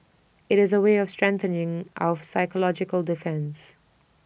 IT is A way of strengthening our psychological defence